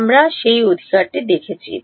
আমরা সেই অধিকারটি দেখেছি